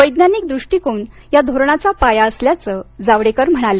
वैज्ञानिक दृष्टिकोन या धोरणाचा पाया असल्याचं जावडेकर म्हणाले